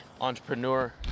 entrepreneur